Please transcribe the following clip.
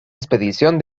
expedición